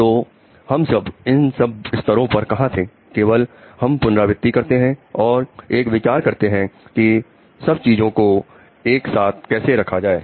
तो हम सब इन सब स्तरों पर कहां थे केवल हम पुनरावृति करते हैं और एक विचार करते हैं कि सब चीजों को एक साथ कैसे रखा जाए